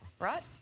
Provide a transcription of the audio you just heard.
right